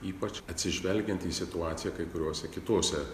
ypač atsižvelgiant į situaciją kai kuriose kitose